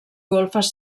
golfes